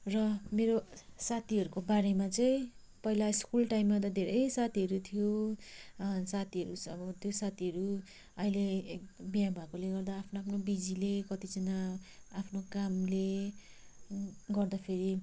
र मेरो साथीहरूको बारेमा चाहिँ पहिला स्कुल टाइममा त धेरै साथीहरू थियो साथीहरू सब त्यो साथीहरू अहिले बिहे भएकोले गर्दा आफ्नो आफ्नो बिजीले कतिजना आफ्नो कामले गर्दाखेरि